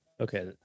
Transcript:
Okay